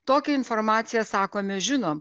tokią informaciją sako mes žinom